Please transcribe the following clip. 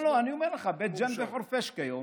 לא, לא, אני אומר לך, בית ג'ן וחורפיש כיום,